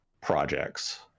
projects